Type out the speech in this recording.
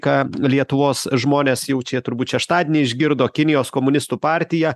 ką lietuvos žmonės jau čia turbūt šeštadienį išgirdo kinijos komunistų partija